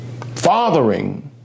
Fathering